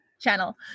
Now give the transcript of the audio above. channel